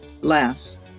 less